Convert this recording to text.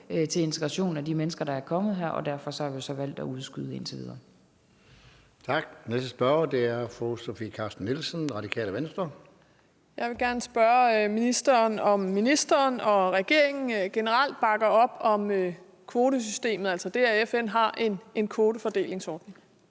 til integrationen af de mennesker, der er kommet her, og derfor har vi så valgt at udskyde det indtil videre.